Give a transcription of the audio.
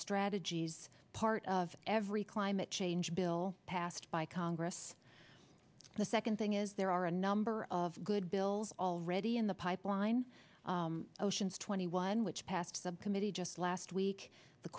strategies part of every climate change bill passed by congress the second thing is there are a number of good bills already the pipeline ocean's twenty one which path to the committee just last week the